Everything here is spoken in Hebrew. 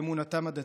ואמונתם הדתית.